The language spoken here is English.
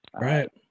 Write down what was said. Right